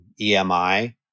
EMI